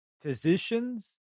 physicians